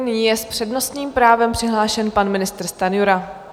Nyní je s přednostním právem přihlášen pan ministr Stanjura.